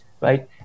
right